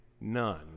none